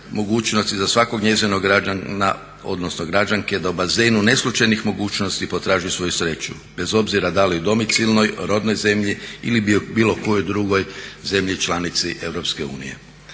mogućnosti za svakog njezinog građanina, odnosno građanske da u bazenu neslućenih mogućnosti potraži svoju sreću, bez obzira da li u domicilnoj rodnoj zemlji ili bilo kojoj drugoj zemlji članici